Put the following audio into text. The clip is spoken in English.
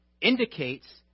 indicates